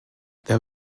there